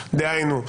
דהיינו,